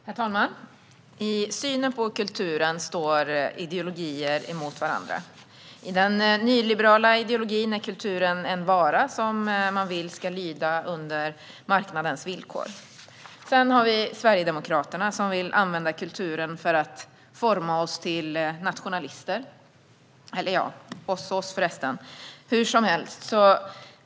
Herr talman! I synen på kulturen står ideologierna emot varandra. I den nyliberala ideologin är kulturen en vara som man vill ska lyda under marknadens villkor. Sedan finns Sverigedemokraterna som vill använda kulturen för att forma oss till nationalister - eller ja, oss och oss förresten. Hur som helst!